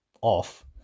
off